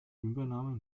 übernahme